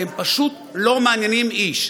והם פשוט לא מעניינים איש.